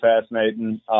fascinating